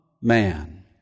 man